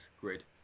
grid